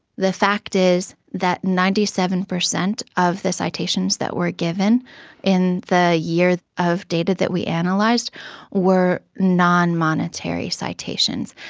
the fact is that ninety seven percent of the citations that were given in the year of data that we analysed and like were non-monetary citations.